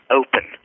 open